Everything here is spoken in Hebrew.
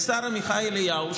לשר עמיחי אליהו,